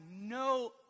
no